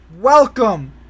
welcome